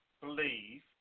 believe